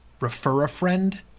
Refer-a-Friend